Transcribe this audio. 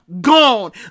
Gone